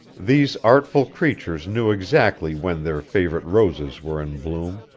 these artful creatures knew exactly when their favorite roses were in bloom,